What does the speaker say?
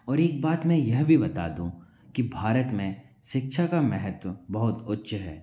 और एक बात मैं यह भी बता दूँ की भारत में शिक्षा का महत्व बहुत उच्च है